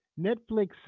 Netflix